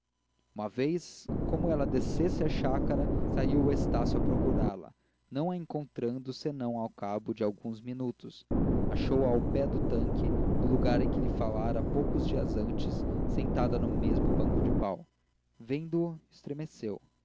uma vez como ela descesse à chácara saiu estácio a procurá-la não a encontrando senão ao cabo de alguns minutos achou-a ao pé do tanque no lugar em que lhe falara poucos dias antes sentada no mesmo banco de pau vendo-o estremeceu